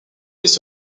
liste